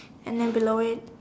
and then below it